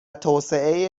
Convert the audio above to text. توسعه